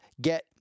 get